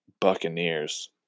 Buccaneers